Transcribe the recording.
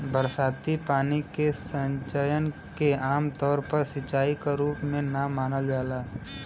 बरसाती पानी के संचयन के आमतौर पर सिंचाई क रूप ना मानल जाला